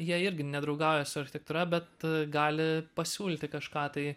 jie irgi nedraugauja su architektūra bet gali pasiūlyti kažką tai